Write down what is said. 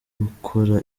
ukora